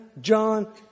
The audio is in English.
John